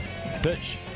Pitch